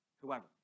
whoever